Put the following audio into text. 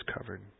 covered